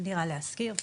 "דירה להשכיר",